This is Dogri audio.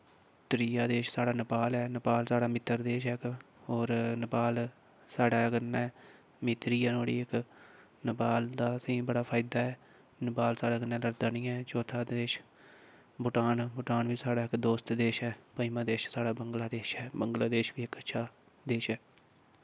त्रीया देश साढ़ा नेपाल ऐ नेपाल साढ़ा मित्तर देश ऐ और नेपाल दी साढ़े कन्नै मित्तरी ऐ नुहाड़ी इक नेपाल दा असे ईं बड़ा फायदा ऐ नेपाल साढ़े कन्नै लड़दा निं ऐ चौथा देश बूटान बूटान बी साढ़ा इक दोस्त देश ऐ पञमां देश साढ़ा बंगला देश ऐ बंगला देश बी इक अच्छा देश ऐ